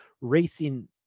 racing